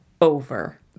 Over